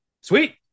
sweet